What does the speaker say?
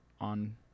on